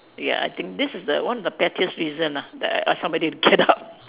ya I think this is the one of the pettiest reasons ah that I ask somebody to get out